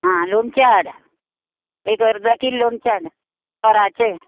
आ लोणचें हाड एक अर्दो कील लोणचें हाड तोराचें